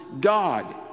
God